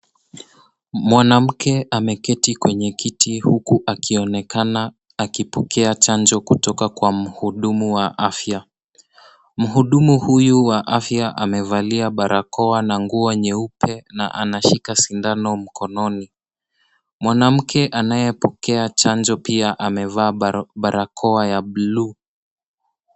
Mwanamke ameketi kwenye kiti huku akionekana akipokea chanjo kutoka kwa mhudumu wa afya. Mhudumu huyu wa afya amevalia barakoa na nguo nyeupe na anashika sindano mkononi. Mwanamke anayepokea chanjo pia amevaa barakoa ya blue .